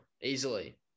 easily